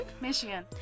Michigan